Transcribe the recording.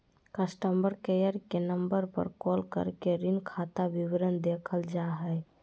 customer care के number पर call करके ऋण खाता विवरण देखल जा हय